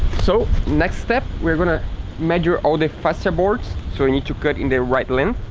so. next step we're gonna measure all the fascia boards. so we need to cut in the right length.